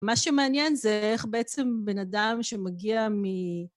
מה שמעניין זה איך בעצם בן אדם שמגיע מ...